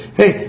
hey